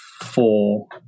four